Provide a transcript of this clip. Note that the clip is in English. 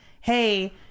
hey